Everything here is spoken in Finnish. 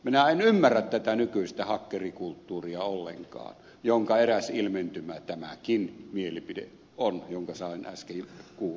minä en ymmärrä tätä nykyistä hakkerikulttuuria ollenkaan jonka eräs ilmentymä tämäkin mielipide on jonka sain äsken kuulla